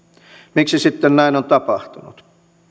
miksi sitten näin on tapahtunut